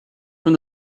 from